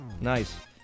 Nice